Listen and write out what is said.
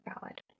valid